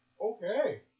Okay